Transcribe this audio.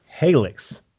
Halix